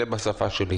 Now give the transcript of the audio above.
זה בשפה שלי.